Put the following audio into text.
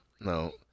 No